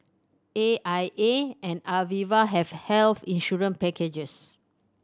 A I A and Aviva have health insurance packages